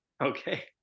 Okay